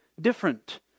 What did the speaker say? different